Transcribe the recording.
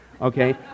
Okay